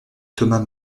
thomas